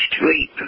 sleep